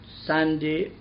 Sunday